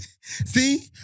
See